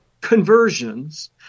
conversions